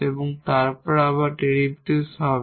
এবং তারপর আবার ডেরিভেটিভ হবে